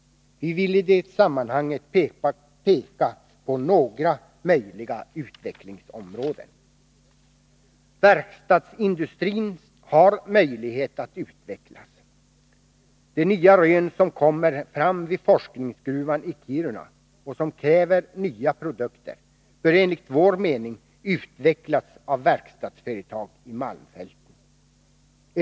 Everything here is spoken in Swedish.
Vi vill i det sammanhanget peka på några möjliga utvecklingsområden. Verkstadsindustrin har möjlighet att utvecklas. De nya rön som kommer fram vid forskningsgruvan i Kiruna och som kräver nya produkter bör enligt vår mening utvecklas av verkstadsföretag i malmfälten.